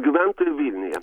gyventojų vilniuje